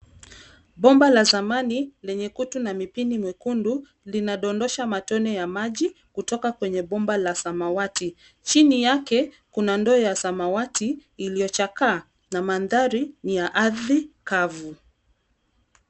Bomba la zamani lenye kutu na mipini mwekundu linadondosha matone ya maji kutoka kwenye bomba la samawati. Chini yake kuna ndoo ya samawati iliyochakaa na mandhari ni ya ardhi kavu.